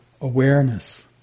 awareness